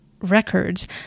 records